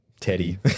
Teddy